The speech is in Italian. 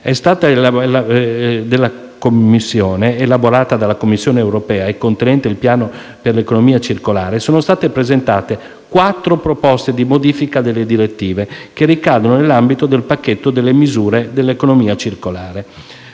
pacchetto elaborato dalla Commissione europea contenente il piano per l'economia circolare sono state presentate quattro proposte di modifica delle direttive che ricadono nell'ambito del pacchetto delle misure dell'economia circolare.